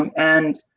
and